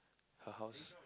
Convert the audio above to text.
her house